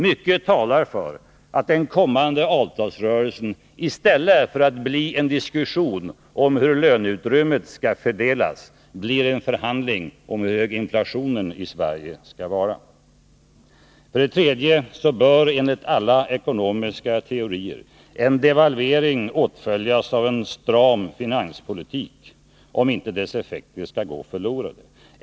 Mycket talar för att den kommande avtalsrörelsen i stället för att bli en diskussion om hur löneutrymmet skall fördelas blir en förhandling om hur hög inflationen i Sverige skall vara. För det tredje bör enligt alla ekonomiska teorier en devalvering åtföljas av en stram finanspolitik, om inte dess effekter skall gå förlorade.